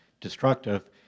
destructive